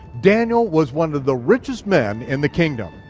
daniel was one of the richest men in the kingdom.